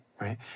right